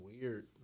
weird